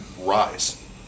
rise